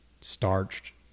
starched